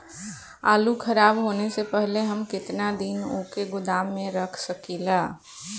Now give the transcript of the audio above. आलूखराब होने से पहले हम केतना दिन वोके गोदाम में रख सकिला?